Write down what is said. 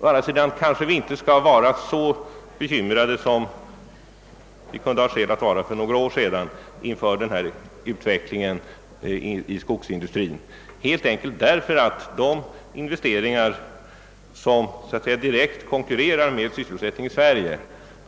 Å andra sidan tror jag inte att vi behöver vara så bekymrade som vi kunde ha skäl att vara för några år sedan inför den här utvecklingen inom skogsindustrin, detta helt enkelt därför att de investeringar som så att säga direkt konkurrerar med sysselsättningen i Sverige